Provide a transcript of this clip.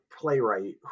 playwright